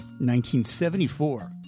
1974